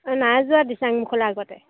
এই নাই যোৱা দিচাংমুখলৈ আগতে